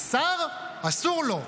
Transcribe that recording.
השר, אסור לו.